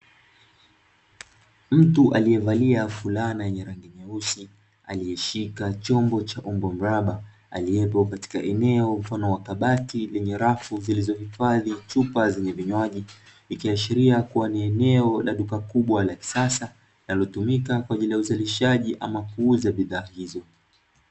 Mtu aliyevalia fulana yenye rangi nyeusi aliyeshika chombo cha umbo mraba, aliyepo katika eneo mfano wa kabati lenye rafu zilizohifadhi chupa zenye vinywaji, ikiashiria kuwa ni eneo la duka kubwa la kisasa linalotumika kwa ajili ya uzalishaji ama kuuza bidhaa hizo.